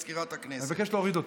אתה לא צנזור.